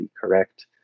correct